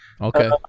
Okay